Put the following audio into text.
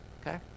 okay